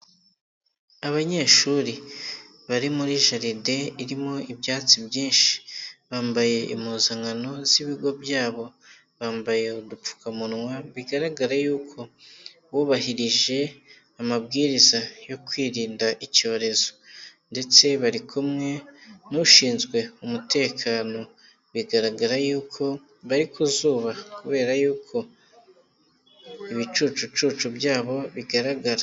Abanyeshuri bari muri jaride irimo ibyatsi byinshi, bambaye impuzankano z'ibigo byabo, bambaye udupfukamunwa bigaragara yuko bubahirije amabwiriza yo kwirinda icyorezo ndetse bari kumwe n'ushinzwe umutekano bigaragara yuko bari ku zuba kubera yuko ibicucucucu byabo bigaragara.